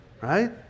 right